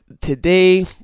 today